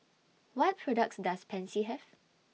What products Does Pansy Have